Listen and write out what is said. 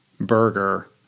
burger